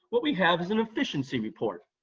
what we have is an efficiency report.